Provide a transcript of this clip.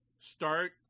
start